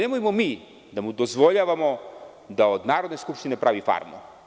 Nemojmo mi da mu dozvoljavamo da od Narodne skupštine pravi farmu.